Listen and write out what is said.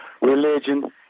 religion